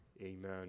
Amen